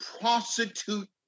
prostitute